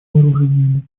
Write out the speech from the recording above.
вооружениями